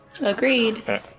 agreed